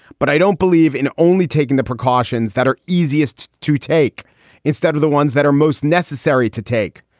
but i don't believe in only taking the precautions that are easiest to take instead of the ones that are most necessary to take.